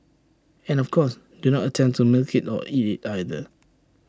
and of course do not attempt to milk IT or eat IT either